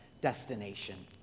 destination